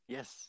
Yes